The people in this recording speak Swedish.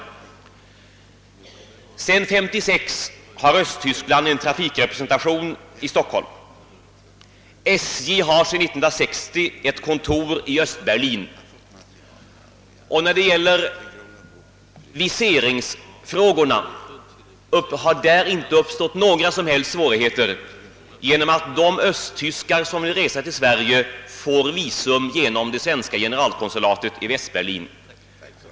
Sedan 1956 har Östtyskland en trafikrepresentation i Stockholm, och SJ har sedan 1960 ett kontor i Östberlin. När det gäller viseringsfrågorna har det inte uppstått några som helst svårigheter eftersom de östtyskar, som vill resa till Sverige, får visum genom det svenska generalkonsulatet i Västberlin.